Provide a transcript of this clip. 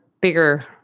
bigger